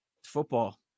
football